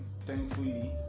thankfully